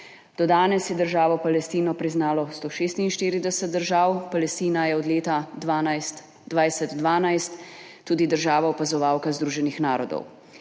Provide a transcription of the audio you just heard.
Do danes je državo Palestino priznalo 146 držav. Palestina je od leta 2012 tudi država opazovalka Združenih narodov.